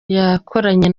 yakoranye